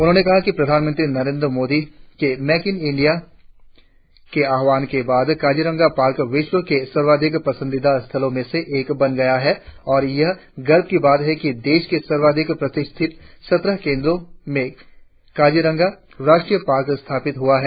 उन्होंने कहा कि प्रधानमंत्री नरेंद्र मोदी के मेकिंग इंडिया के आह्वान के बाद काजीरंगा पार्क विश्व के सर्वाधिक पंसदीदा स्थलों में से एक बन गया है और यह गर्व की बात है कि देश के सर्वाधिक प्रतिष्ठित सत्रह केंद्रों में काजीरंगा राष्ट्रीय पार्क स्थापित हुआ है